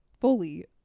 fully